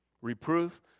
Reproof